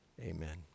Amen